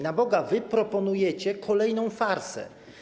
Na Boga, wy proponujecie kolejną farsę.